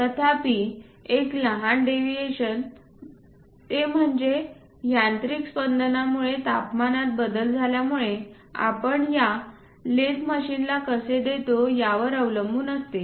तथापि एक लहान डेविएशन ते म्हणजे यांत्रिक स्पंदनांमुळे तापमानात बदल झाल्यामुळे आपण या लेथ मशीनला कसे देतो यावर अवलंबून असते